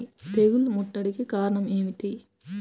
తెగుళ్ల ముట్టడికి కారణం ఏమిటి?